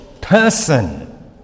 person